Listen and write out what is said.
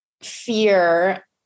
fear